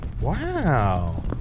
Wow